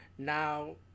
Now